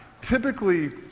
typically